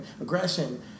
aggression